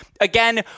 again